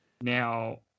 Now